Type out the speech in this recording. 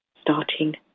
starting